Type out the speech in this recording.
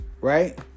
right